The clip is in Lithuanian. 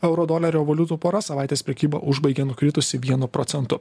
euro dolerio valiutų pora savaitės prekybą užbaigė nukritusi vienu procentu